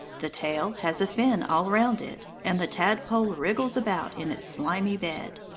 the tail has a fin all round it, and the tadpole wriggles about in its slimy bed.